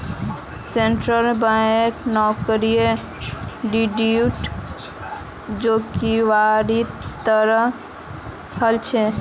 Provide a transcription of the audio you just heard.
शंकरेर बेटार नौकरी डीडीयू जीकेवाईर तहत हल छेक